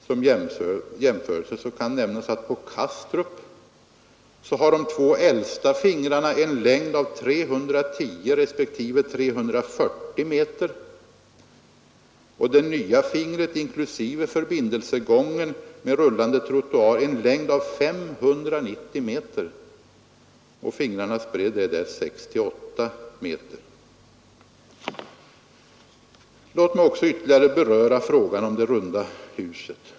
Som jämförelse kan nämnas att på Kastrup har de två äldsta fingrarna en längd av 310 respektive 340 m och det nya fingret inklusive förbindelsegången med rullande trottoar — en längd av 590 m. Fingrarnas bredd är där 6—8 m. Låt mig också ytterligare beröra frågan om det runda huset.